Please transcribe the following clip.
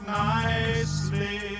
nicely